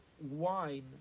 wine